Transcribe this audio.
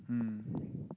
hmm